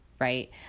right